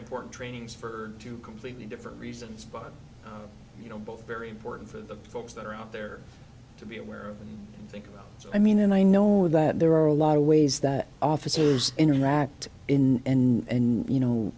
important trainings for two completely different reasons but you know both very important for the folks that are out there to be aware of and think about so i mean and i know that there are a lot of ways that officers interact in and you know